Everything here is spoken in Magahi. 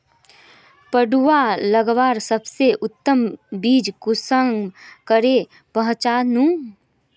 पटुआ लगवार सबसे उत्तम बीज कुंसम करे पहचानूम?